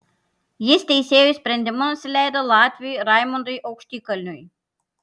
jis teisėjų sprendimu nusileido latviui raimondui aukštikalniui